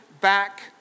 back